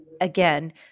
again